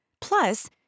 Plus